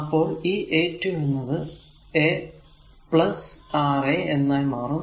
അപ്പോൾ ഈ a 2 എന്നത് a R a എന്നായി മാറും